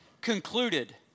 concluded